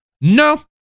No